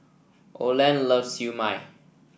Oland loves Siew Mai